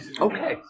Okay